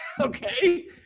Okay